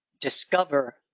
discover